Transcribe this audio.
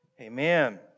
amen